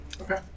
Okay